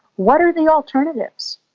what are the alternatives?